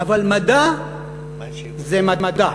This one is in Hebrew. אבל מדע זה מדע.